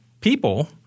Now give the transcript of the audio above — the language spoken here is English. people